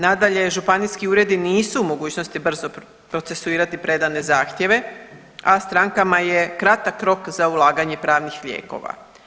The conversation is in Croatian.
Nadalje, županijski uredi nisu u mogućnosti brzo procesuirati predane zahtjeve, a strankama je kratak rok za ulaganje pravnih lijekova.